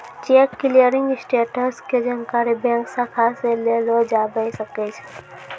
cheque clearing status के जानकारी bank शाखा से लेलो जाबै सकै छै